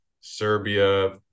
Serbia